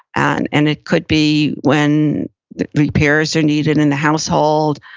and and it could be when repairs are needed in the household.